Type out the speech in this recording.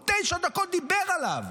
הוא תשע דקות דיבר עליו.